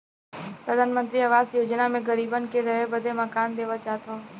प्रधानमंत्री आवास योजना मे गरीबन के रहे बदे मकान देवल जात हौ